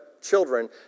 children